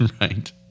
right